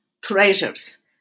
treasures